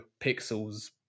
pixels